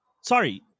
Sorry